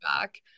back